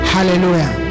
Hallelujah